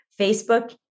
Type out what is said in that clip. Facebook